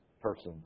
persons